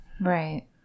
Right